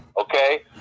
Okay